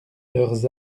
leurs